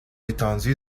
étendue